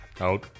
Out